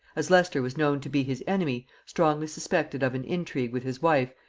as leicester was known to be his enemy, strongly suspected of an intrigue with his wife,